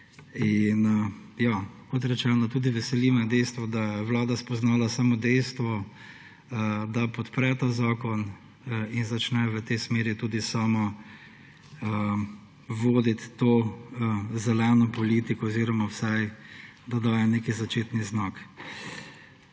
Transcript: Kot rečeno, tudi veseli me dejstvo, da je Vlada spoznala samo dejstvo, da podpre ta zakon in začne v tej smeri tudi sama voditi to zeleno politiko oziroma vsaj, da daje nek začetni znak.